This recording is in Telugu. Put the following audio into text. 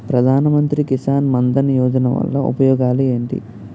ప్రధాన మంత్రి కిసాన్ మన్ ధన్ యోజన వల్ల ఉపయోగాలు ఏంటి?